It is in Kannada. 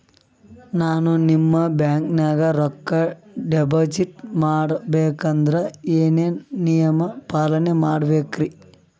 ನಾನು ನಿಮ್ಮ ಬ್ಯಾಂಕನಾಗ ರೊಕ್ಕಾ ಡಿಪಾಜಿಟ್ ಮಾಡ ಬೇಕಂದ್ರ ಏನೇನು ನಿಯಮ ಪಾಲನೇ ಮಾಡ್ಬೇಕ್ರಿ?